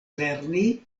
lerni